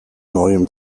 neuem